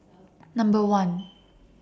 Number one